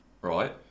right